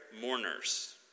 mourners